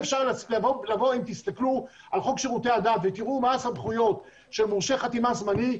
אם תסתכלו על חוק שירותי הדת ותראו מה הסמכויות של מורשה חתימה זמני,